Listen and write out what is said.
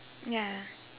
ya